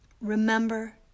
remember